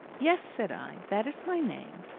yes, said i. that is my name.